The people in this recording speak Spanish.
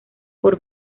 por